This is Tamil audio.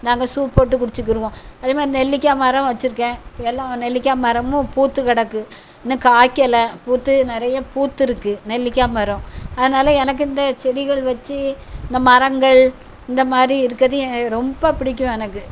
நாங்கள் சூப் போட்டு குடிச்சிக்கிருவோம் அதே மாதிரி நெல்லிக்காய் மரம் வச்சிருக்கேன் எல்லாம் நெல்லிக்காய் மரமும் பூத்து கிடக்கு இன்னும் காய்கள் பூத்து நிறைய பூத்துருக்கு நெல்லிக்காய் மரம் அதனால் எனக்கு இந்த செடிகள் வச்சு இந்த மரங்கள் இந்த மாதிரி இருக்கிறது எனக்கு ரொம்ப பிடிக்கும் எனக்கு